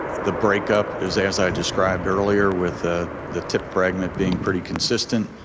the breakup is as i described earlier with ah the tip fragment being pretty consistent,